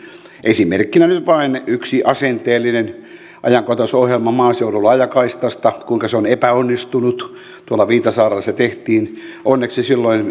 esimerkkinä nyt vain yksi asenteellinen ajankohtaisohjelma maaseudun laajakaistasta kuinka se on epäonnistunut viitasaarella se tehtiin onneksi silloin